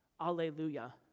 Alleluia